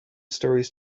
stories